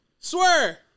swear